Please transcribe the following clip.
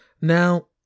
Now